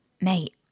mate